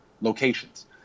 locations